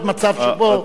אדוני היושב-ראש,